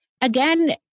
Again